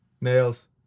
nails